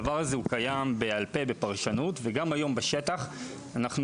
הדבר הזה קיים בעל-פה בפרשנות וגם היום בשטח אנחנו